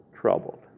troubled